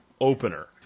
opener